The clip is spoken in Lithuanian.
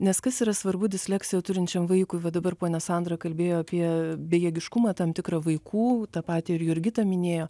nes kas yra svarbu disleksiją turinčiam vaikui va dabar ponia sandra kalbėjo apie bejėgiškumą tam tikrą vaikų tą patį ir jurgita minėjo